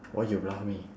why you bluff me